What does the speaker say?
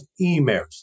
emails